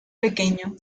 pequeño